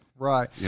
Right